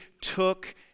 took